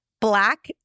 black